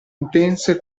intense